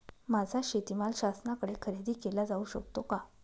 माझा शेतीमाल शासनाकडे खरेदी केला जाऊ शकतो का?